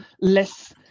less